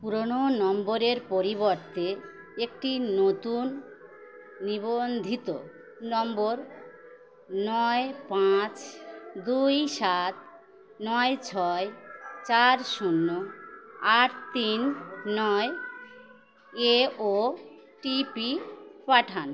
পুরোনো নম্বরের পরিবর্তে একটি নতুন নিবন্ধিত নম্বর নয় পাঁচ দুই সাত নয় ছয় চার শূন্য আট তিন নয় এ ওটিপি পাঠান